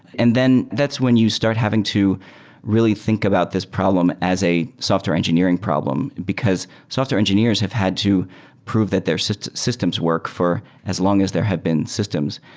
and then that's when you start having to really think about this problem as a software engineering problem, because software engineers have had to prove that their so systems work for as long as there have been systems.